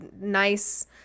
nice